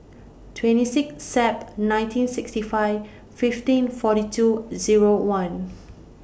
twenty six Sep nineteen sixty five fifteen forty two Zero one